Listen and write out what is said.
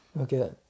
Okay